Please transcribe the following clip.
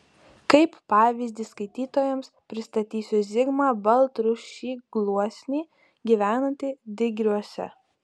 kaip pavyzdį skaitytojams pristatysiu zigmą baltrušį gluosnį gyvenantį digriuose